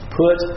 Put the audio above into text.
put